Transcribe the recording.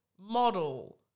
Model